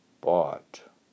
bought